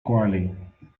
quarrelling